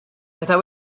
meta